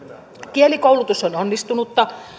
kielikoulutus on onnistunutta